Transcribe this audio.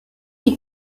die